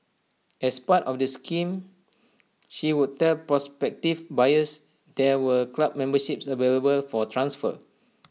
as part of the scam she would tell prospective buyers there were club memberships available for transfer